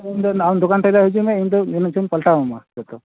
ᱤᱧᱫᱚ ᱱᱟᱜᱼᱟᱭ ᱫᱚᱠᱟᱱ ᱴᱷᱮᱱ ᱜᱮ ᱦᱤᱡᱩᱜ ᱢᱮ ᱤᱧ ᱫᱚ ᱢᱮᱱᱮᱫ ᱛᱟᱦᱮᱸᱫ ᱤᱧ ᱯᱟᱞᱴᱟᱣᱢᱟ ᱡᱚᱛᱚ